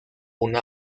una